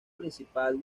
principal